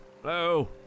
Hello